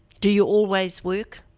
do you always work?